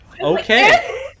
Okay